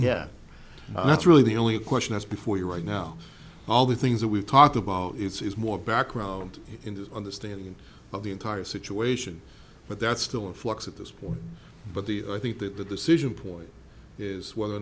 yeah yeah that's really the only question is before you right now all the things that we've talked about it's more background in his understanding of the entire situation but that's still in flux at this point but the i think that the decision point is whether or